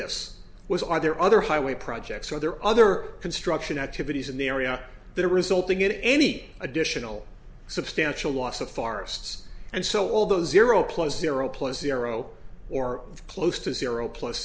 this was are there other highway projects are there other construction activities in the area that are resulting in any additional substantial loss of forests and so although zero plus zero plus zero or close to zero plus